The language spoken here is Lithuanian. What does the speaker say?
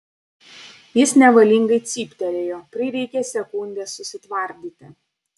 jis nevalingai cyptelėjo prireikė sekundės susitvardyti